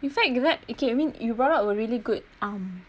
in fact that okay I mean you brought up a really good um